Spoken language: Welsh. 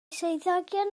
swyddogion